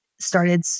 started